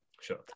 Sure